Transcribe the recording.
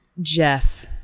Jeff